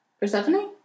Persephone